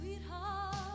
sweetheart